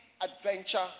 adventure